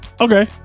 Okay